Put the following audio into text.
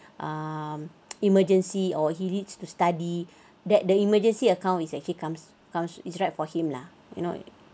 um emergency or he needs to study that the emergency account is actually comes comes is right for him lah you know